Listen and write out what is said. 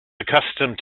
accustomed